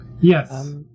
Yes